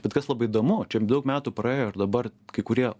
bet kas labai įdomu čia daug metų praėjo ir dabar kai kurie